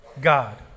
God